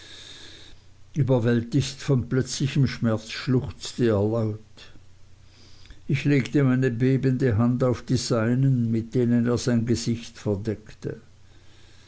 überwältigt von plötzlichem schmerz schluchzte er laut ich legte meine bebende hand auf die seinen mit denen er sein gesicht verdeckte